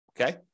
Okay